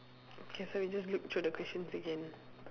okay so we just look through the questions again